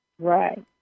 right